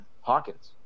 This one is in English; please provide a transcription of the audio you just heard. Hawkins